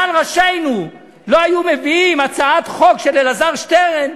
מעל ראשינו לא היו מביאים הצעת חוק של אלעזר שטרן,